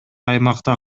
аймакта